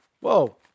Whoa